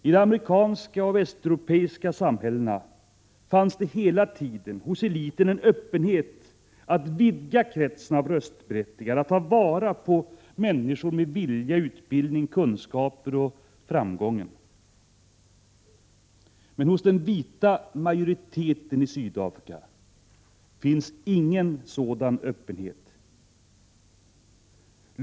I de amerikanska och västeuropeiska samhällena fanns det hela tiden hos eliten en öppenhet för att vidga kretsen av röstberättigade och ta vara på människor med vilja, utbildning och kunskaper. Men hos den vita majoriteten i Sydafrika finns ingen sådan öppenhet.